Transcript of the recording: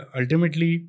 ultimately